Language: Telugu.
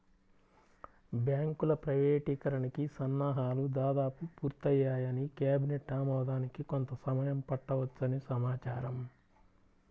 బ్యాంకుల ప్రైవేటీకరణకి సన్నాహాలు దాదాపు పూర్తయ్యాయని, కేబినెట్ ఆమోదానికి కొంత సమయం పట్టవచ్చని సమాచారం